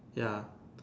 ya